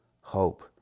hope